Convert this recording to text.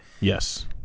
Yes